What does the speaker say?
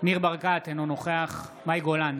ניר ברקת, אינו נוכח מאי גולן,